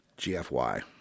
GFY